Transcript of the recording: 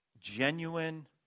genuine